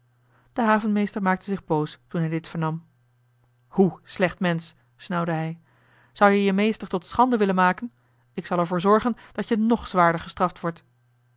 de havenmeester maakte zich boos toen hij dit vernam hoe slecht mensch snauwde hij zou-je je meester tot schande willen maken ik zal er voor zorgen dat je ng zwaarder gestraft wordt